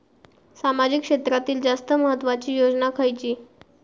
सामाजिक क्षेत्रांतील जास्त महत्त्वाची योजना खयची?